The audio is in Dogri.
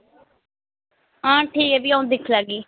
हा ठीक ऐ फ्ही अ'ऊं दिक्खी लैगी